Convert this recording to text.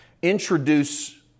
introduce